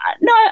No